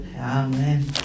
Amen